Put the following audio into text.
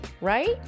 right